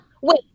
Wait